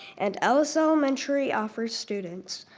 and ellis elementary, offers students.